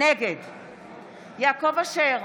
נגד יעקב אשר,